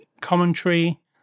commentary